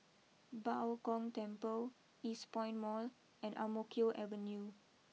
Bao Gong Temple Eastpoint Mall and Ang Mo Kio Avenue